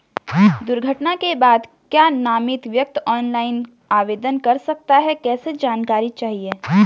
दुर्घटना के बाद क्या नामित व्यक्ति ऑनलाइन आवेदन कर सकता है कैसे जानकारी चाहिए?